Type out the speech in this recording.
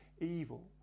evil